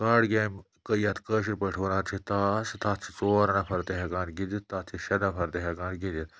کاڑ گیمہٕ یَتھ کٲشِرۍ پٲٹھۍ وَنان چھِ تاس تَتھ چھِ ژور نفر تہِ ہٮ۪کان گِنٛدِتھ تَتھ چھِ شےٚ نفر تہِ ہٮ۪کان گِنٛدِتھ